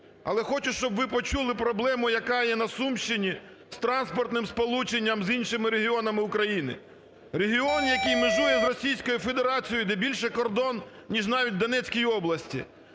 Але хочу, щоб ви почули проблему, яка є на Сумщині з транспортним сполученням з іншими регіонами України. Регіон, який межує з Російською Федерацією, де більше кордон, ніж навіть в Донецькій області,